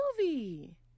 movie